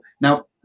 Now